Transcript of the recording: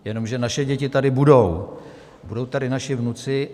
Jenomže naše děti tady budou, budou tady naši vnuci.